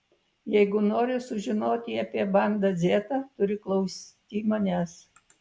jeigu nori sužinoti apie banda dzeta turi klausti manęs